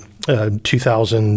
2000